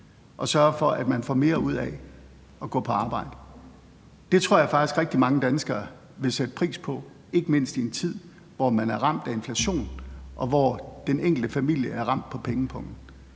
og sørger for, at man får mere ud af at gå på arbejde. Det tror jeg faktisk rigtig mange danskere vil sætte pris på, ikke mindst i en tid, hvor man er ramt af inflation, og hvor den enkelte familie er ramt på pengepungen.